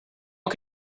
can